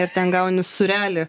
ir ten gauni sūrelį